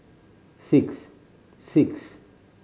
six six